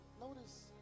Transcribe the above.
notice